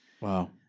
Wow